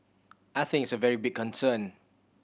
I think it's a very big concern